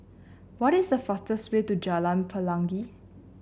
what is the fastest way to Jalan Pelangi